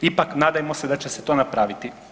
Ipak nadajmo se da će se to napraviti.